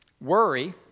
worry